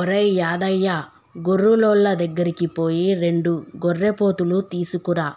ఒరేయ్ యాదయ్య గొర్రులోళ్ళ దగ్గరికి పోయి రెండు గొర్రెపోతులు తీసుకురా